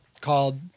Called